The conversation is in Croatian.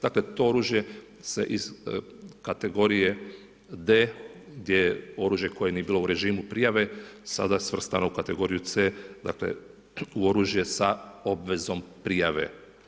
Dakle, to oružje se iz kategorije D gdje je oružje koje nije bilo u režimu prijave sada je svrstano u kategoriju C dakle, u oružje sa obvezom prijave.